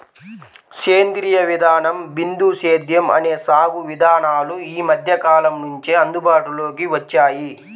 సేంద్రీయ విధానం, బిందు సేద్యం అనే సాగు విధానాలు ఈ మధ్యకాలం నుంచే అందుబాటులోకి వచ్చాయి